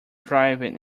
driving